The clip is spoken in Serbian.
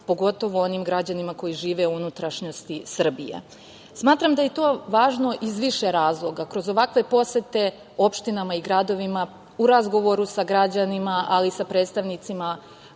pogotovo onim građanima koji žive u unutrašnjosti Srbije. Smatram da je to važno iz više razloga. Kroz ovakve posete opštinama i gradovima u razgovoru sa građanima, ali i sa predstavnicima